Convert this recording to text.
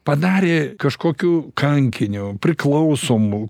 padarė kažkokiu kankiniu priklausomu